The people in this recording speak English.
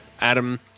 Adam